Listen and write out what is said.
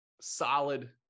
solid